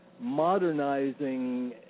modernizing